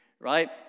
right